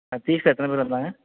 தீவ் எத்தனை பேர் வந்தாங்க